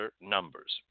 numbers